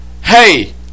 Hey